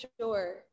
sure